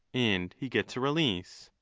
and he gets a release.